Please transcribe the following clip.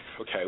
okay